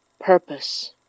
Purpose